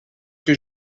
que